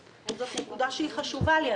זאת נקודה שהיא חשובה לי,